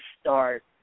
start